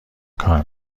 کار